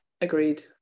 agreed